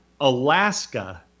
Alaska